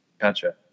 Gotcha